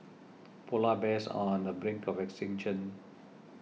Polar Bears are on the brink of extinction